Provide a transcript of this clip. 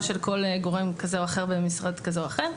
של כל גורם כזה או אחר במשרד כזה או אחר.